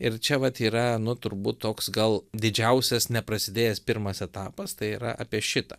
ir čia vat yra nu turbūt toks gal didžiausias neprasidėjęs pirmas etapas tai yra apie šitą